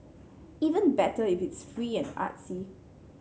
even better if it's free and artsy